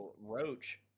Roach